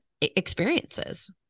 experiences